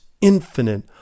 infinite